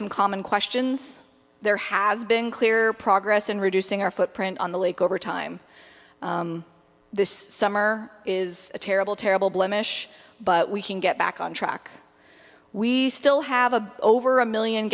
some common questions there has been clear progress in reducing our footprint on the lake over time this summer is a terrible terrible blemish but we can get back on track we still have a over a million